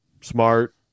smart